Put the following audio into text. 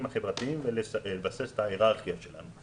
החברתיים ולבסס את ההיררכיה שלנו.